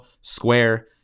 Square